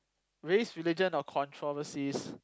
race religion or controversies